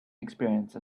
experience